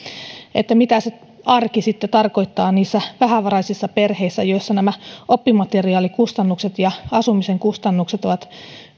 mitä se arki sitten tarkoittaa niissä vähävaraisissa perheissä joissa nämä oppimateriaalikustannukset ja asumisen kustannukset ovat